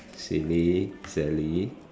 silly Sally